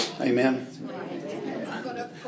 Amen